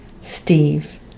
Steve